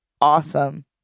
awesome